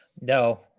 No